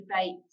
debate